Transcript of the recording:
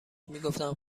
میگفتم